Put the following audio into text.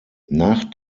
nach